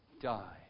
die